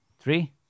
Three